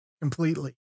completely